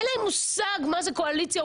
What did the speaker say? אין להם מושג מה זה קואליציה-אופוזיציה.